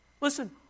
Listen